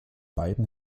beiden